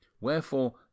Wherefore